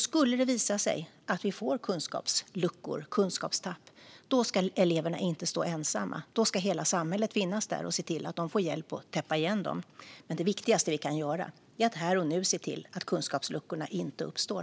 Skulle det sedan visa sig att vi får kunskapsluckor och kunskapstapp ska eleverna inte stå ensamma, utan då ska hela samhället finnas där och se till att de får hjälp att täppa igen luckorna. Det viktigaste vi kan göra är dock att här och nu se till att kunskapsluckorna inte uppstår.